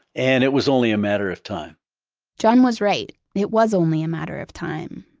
and it was only a matter of time john was right. it was only a matter of time.